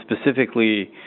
specifically